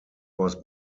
was